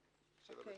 7ב(4).